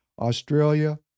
Australia